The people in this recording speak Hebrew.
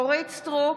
אורית מלכה סטרוק,